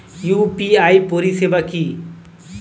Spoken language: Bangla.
ইউ.পি.আই পরিষেবা কি?